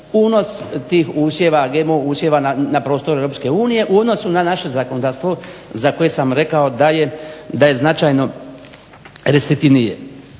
unos tih usjeva, GMO usjeva na prostor EU u odnosu na naše zakonodavstvo za koje sam rekao da je značajno restriktivnije.